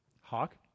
Hawk